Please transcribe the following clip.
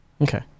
Okay